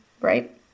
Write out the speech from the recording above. right